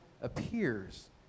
appears